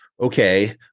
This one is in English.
okay